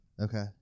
Okay